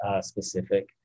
specific